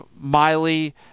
Miley